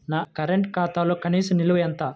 నా కరెంట్ ఖాతాలో కనీస నిల్వ ఎంత?